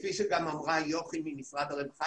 כפי שגם אמרה יוכי ממשרד הרווחה,